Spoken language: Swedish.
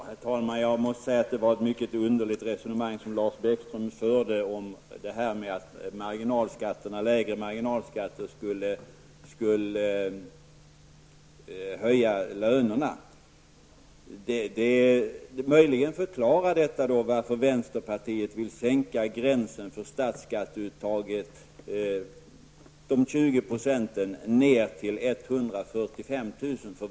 Herr talman! Jag måste säga att det var ett mycket underligt resonemang som Lars Bäckström förde om att lägre marginalskatter skulle höja lönerna. Möjligen förklarar detta varför vänsterpartiet vill sänka gränsen för statsskatteuttaget med 20 % ned till 145 000 kr.